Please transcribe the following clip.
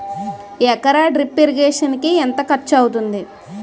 ఎకర drip irrigation కి ఎంత ఖర్చు అవుతుంది?